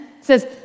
says